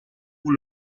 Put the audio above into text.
pour